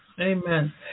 amen